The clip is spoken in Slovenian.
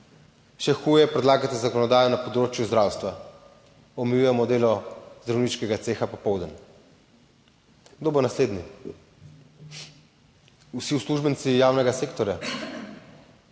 Še huje. Predlagate zakonodajo na področju zdravstva, omejujemo delo zdravniškega ceha popoldan. Kdo bo naslednji vsi uslužbenci javnega sektorja,